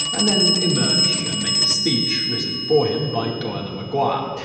and then emerge and make a speech written for him by doyle and macguire.